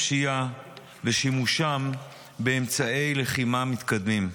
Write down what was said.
הפשיעה ושימושים באמצעי לחימה מתקדמים.